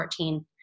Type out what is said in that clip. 2014